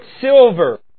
silver